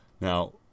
Now